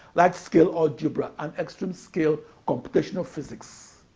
large-scale algebra, and extreme-scale computational physics.